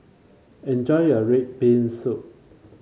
enjoy your red bean soup